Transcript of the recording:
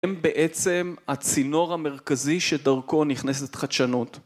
הם בעצם הצינור המרכזי שדרכו נכנסת חדשנות